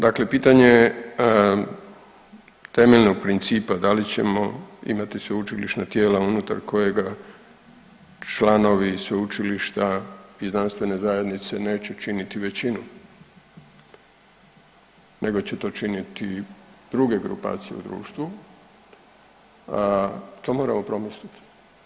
Dakle, pitanje temeljnog principa da li ćemo imati sveučilišna tijela unutar kojega članovi sveučilišta i znanstvene zajednice neće činiti većinu nego će to činiti druge grupacije u društvu, to moramo promisliti.